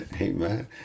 Amen